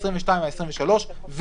העשרים-ושתיים ועשרים-ושלוש,